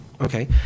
okay